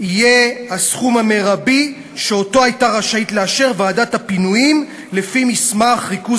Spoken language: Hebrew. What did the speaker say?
יהיה הסכום המרבי שאותו הייתה רשאית לאשר ועדת הפינויים לפי מסמך ריכוז